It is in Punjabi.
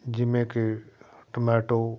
ਜਿਵੇਂ ਕਿ ਟੋਮੈਟੋ